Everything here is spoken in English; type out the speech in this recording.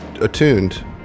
attuned